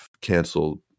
canceled